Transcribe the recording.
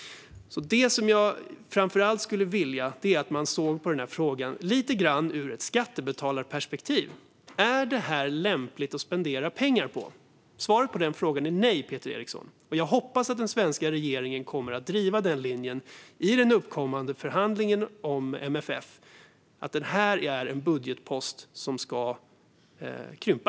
Det som jag framför allt skulle vilja är att man såg på den här frågan lite grann ur ett skattebetalarperspektiv: Är detta lämpligt att spendera pengar på? Svaret på den frågan är nej, Peter Eriksson, och jag hoppas att den svenska regeringen kommer att driva den linjen i den kommande förhandlingen om MFF, alltså att detta är en budgetpost som ska krympa.